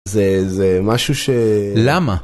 זה זה משהו ש... למה?